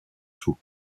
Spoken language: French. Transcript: tout